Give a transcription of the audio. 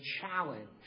challenge